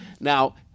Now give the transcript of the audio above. Now